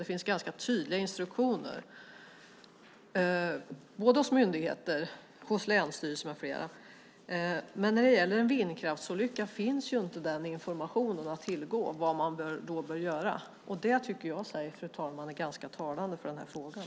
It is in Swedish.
Det finns ganska tydliga instruktioner hos myndigheter, länsstyrelser med flera. Men när det gäller vindkraftsolyckor finns det inte information att tillgå om vad man bör göra. Det tycker jag är ganska talande i frågan, fru talman.